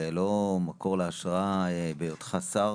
לא מקור להשראה בהיותך שר